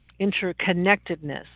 interconnectedness